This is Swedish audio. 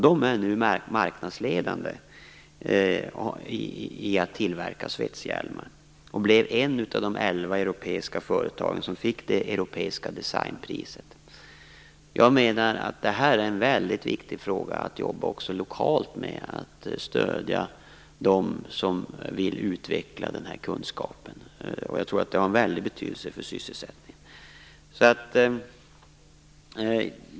Nu är företaget marknadsledande i att tillverka svetshjälmar och blev ett av de elva europeiska företag som fick det europeiska designpriset. Det här är en väldigt viktig fråga att arbeta lokalt med, att stödja dem som vill utveckla den här kunskapen. Jag tror att den har väldigt stor betydelse för sysselsättningen.